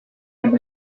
him